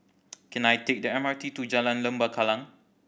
can I take the M R T to Jalan Lembah Kallang